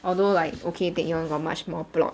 although like ok taecyeon got much more plot